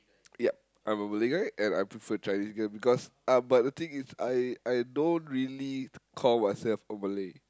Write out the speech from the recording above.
ya I'm a Malay guy and I prefer Chinese girl because uh but the thing is I I don't really call myself a Malay